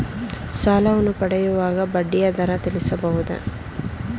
ಸಾಲವನ್ನು ಪಡೆಯುವಾಗ ಬಡ್ಡಿಯ ದರ ತಿಳಿಸಬಹುದೇ?